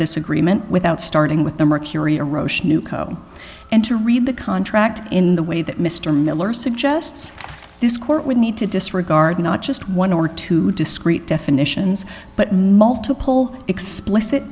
this agreement without starting with them or curia roche newco and to read the contract in the way that mr miller suggests this court would need to disregard not just one or two discrete definitions but multiple explicit